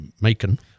Macon